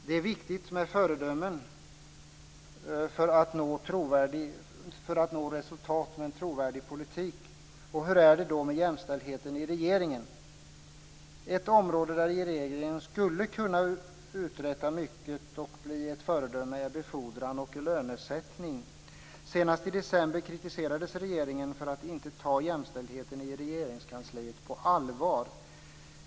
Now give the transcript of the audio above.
Det är viktigt med föredömen för att nå resultat med en trovärdig politik. Hur är det då med jämställdheten i regeringen? Ett område där regeringen skulle kunna uträtta mycket och bli ett föredöme är befordran och lönesättning. Senast i december kritiserades regeringen för att inte ta jämställdheten i Regeringskansliet på allvar.